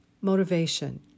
Motivation